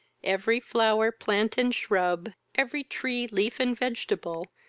every flower, plant, and shrub, every tree, leaf, and vegetable,